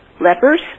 lepers